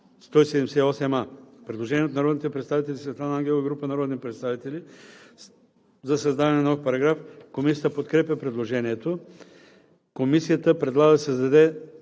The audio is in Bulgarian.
Има предложение от народния представител Светлана Ангелова и група народни представители за създаване на нов параграф. Комисията подкрепя предложението. Комисията предлага да се създаде